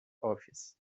office